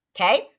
okay